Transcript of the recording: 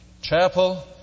Chapel